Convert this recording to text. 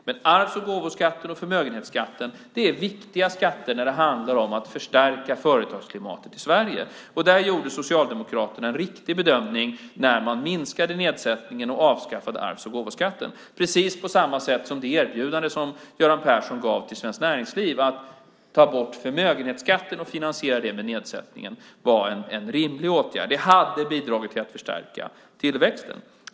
Men arvs och gåvoskatten och förmögenhetsskatten är viktiga skatter när det handlar om att förstärka företagsklimatet i Sverige. Där gjorde Socialdemokraterna en riktig bedömning när man minskade nedsättningen och avskaffade arvs och gåvoskatten, precis på samma sätt som det erbjudande som Göran Persson gav till Svenskt Näringsliv att ta bort förmögenhetsskatten och finansiera det med nedsättningen var en rimlig åtgärd. Det hade bidragit till att förstärka tillväxten.